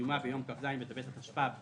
וסיומה ביום כ"ז בטבת התשפ"ב